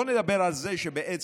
לא נדבר על זה שבעצם